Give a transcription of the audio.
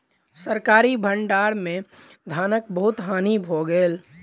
सरकारी भण्डार में धानक बहुत हानि भ गेल